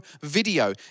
video